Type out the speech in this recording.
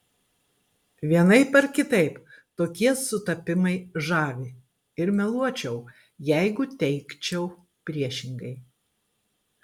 vienaip ar kitaip tokie sutapimai žavi ir meluočiau jeigu teigčiau priešingai